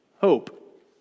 Hope